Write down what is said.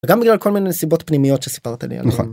בגלל כל מיני סיבות פנימיות שסיפרתי עליהם.